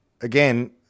again